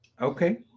Okay